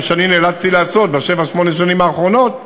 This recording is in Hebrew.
מה שנאלצתי לעשות בשבע-שמונה השנים האחרונות,